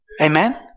Amen